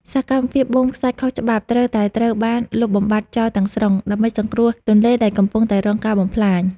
សកម្មភាពបូមខ្សាច់ខុសច្បាប់ត្រូវតែត្រូវបានលុបបំបាត់ចោលទាំងស្រុង ដើម្បីសង្គ្រោះទន្លេដែលកំពុងតែរងការបំផ្លាញ។